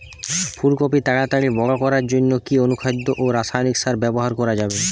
ফুল কপি তাড়াতাড়ি বড় করার জন্য কি অনুখাদ্য ও রাসায়নিক সার ব্যবহার করা যাবে?